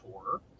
tour